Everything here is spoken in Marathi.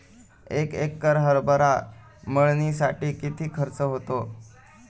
एक एकर हरभरा मळणीसाठी किती खर्च होतो?